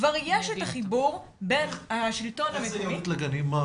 כבר יש את החיבור בין השלטון המקומי לגנים.